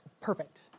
Perfect